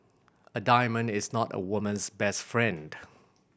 a diamond is not a woman's best friend